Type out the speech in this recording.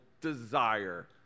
desire